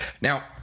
Now